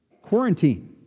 Quarantine